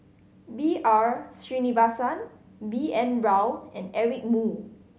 B R Sreenivasan B N Rao and Eric Moo